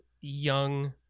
young